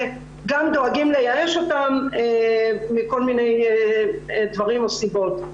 וגם דואגים לייאש אותן מכל מיני דברים או סיבות.